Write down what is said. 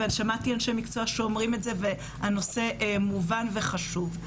ושמעתי אנשי מקצוע שאומרים את זה - הנושא מובן וחשוב.